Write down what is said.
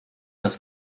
das